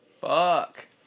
Fuck